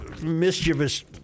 Mischievous